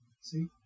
See